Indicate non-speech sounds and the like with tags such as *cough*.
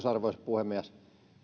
*unintelligible* arvoisa puhemies